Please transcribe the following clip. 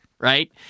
Right